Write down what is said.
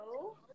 Hello